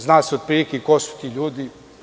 Zna se otprilike ko su ti ljudi.